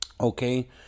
okay